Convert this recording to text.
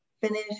finish